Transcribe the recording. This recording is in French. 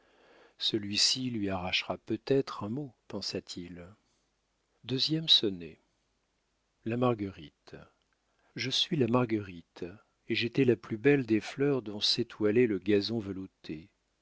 celui-ci lui arrachera peut-être un mot pensa-t-il deuxième sonnet la marguerite je suis la marguerite et j'étais la plus belle des fleurs dont s'étoilait le gazon velouté